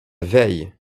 veille